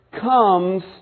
comes